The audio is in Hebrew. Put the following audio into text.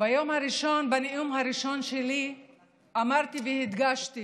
ביום הראשון בנאום הראשון שלי אמרתי והדגשתי